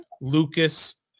Lucas